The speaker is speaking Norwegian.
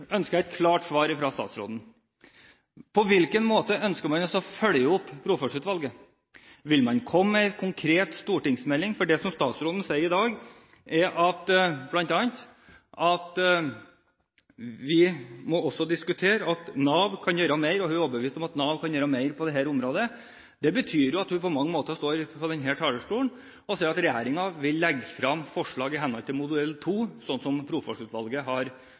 ønsker jeg et klart svar fra statsråden: På hvilken måte ønsker man å følge opp Brofoss-utvalget? Vil man komme med en konkret stortingsmelding? Det statsråden bl.a. sier i dag, er at vi også må diskutere om Nav kan gjøre mer, og hun er overbevist om at Nav kan gjøre mer på dette området. Det betyr jo at hun på mange måter står på denne talerstolen og sier at regjeringen vil legge fram forslag i henhold til modell 2, slik som Brofoss-utvalget har